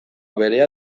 berea